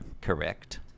correct